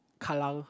Kallang